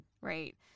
right